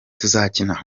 tuzakina